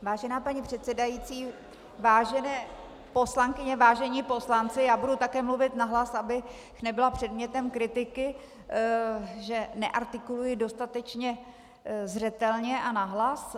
Vážená paní předsedající, vážené poslankyně, vážení poslanci, já budu také mluvit nahlas, abych nebyla předmětem kritiky, že neartikuluji dostatečně zřetelně a nahlas.